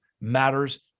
matters